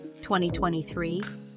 2023